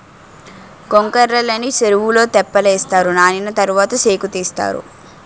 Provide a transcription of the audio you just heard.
గొంకర్రలని సెరువులో తెప్పలేస్తారు నానిన తరవాత సేకుతీస్తారు